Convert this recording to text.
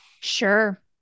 sure